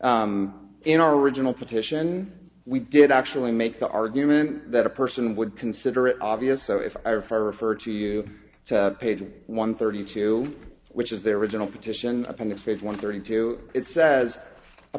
in our original petition we did actually make the argument that a person would consider it obvious so if i refer refer to you to page one thirty two which is their original petition appendix fifty one thirty two it says a